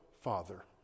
father